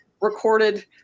recorded